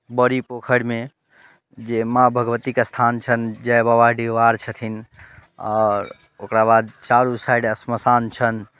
बड़ी पोखरिमे जे माँ भगवतीके स्थान छनि जय बाबा डीहवार छथिन आओर ओकर बाद चारू साइड श्मशान छनि